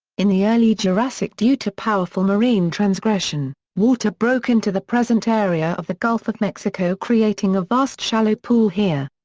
in the early jurassic due to powerful marine transgression, water broke into the present area of the gulf of mexico creating a vast shallow pool here.